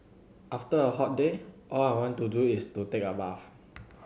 after a hot day all I want to do is to take a bath